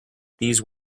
these